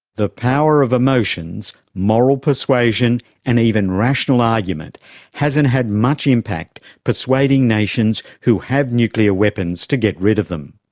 the power of emotions, moral persuasion and even rational argument hasn't had much impact persuading nations who have nuclear weapons to get rid of them.